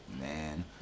man